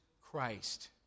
Christ